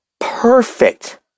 perfect